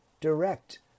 direct